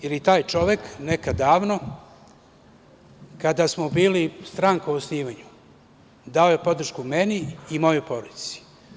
Jer je taj čovek, nekad davno, kada smo bili stranka u osnivanju dao je podršku meni i mojoj porodici.